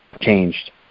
changed